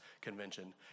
Convention